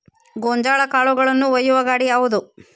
ಗೋಂಜಾಳ ಕಾಳುಗಳನ್ನು ಒಯ್ಯುವ ಗಾಡಿ ಯಾವದು?